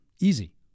easy